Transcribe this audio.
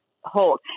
hold